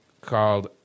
called